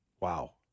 wow